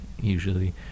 usually